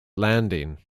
landing